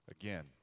Again